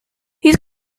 these